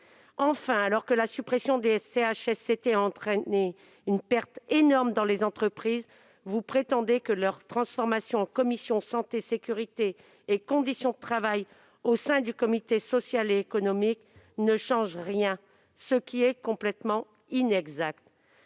Enfin, alors que la suppression des CHSCT a entraîné une perte énorme dans les entreprises, vous prétendez que leur transformation en commission santé, sécurité et conditions de travail au sein du comité social et économique ne change rien. C'est complètement inexact.